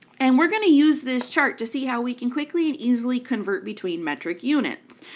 and we're going to use this chart to see how we can quickly and easily convert between metric units.